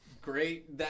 Great